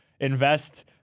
invest